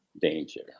danger